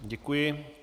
Děkuji.